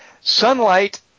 Sunlight